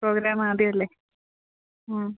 programme ആദ്യമല്ലേ ആ